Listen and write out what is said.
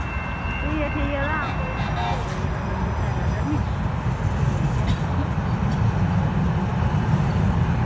ठीक ऐ ठीक ऐ तां कोई नी अ'ऊं भेजगी बंदा संझै लै खरी नी ठीक ऐ बाय ओके